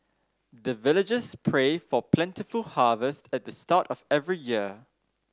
the villagers pray for plentiful harvest at the start of every year